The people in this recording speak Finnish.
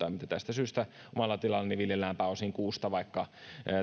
tästä syystä omalla tilallani viljellään pääosin kuusta vaikka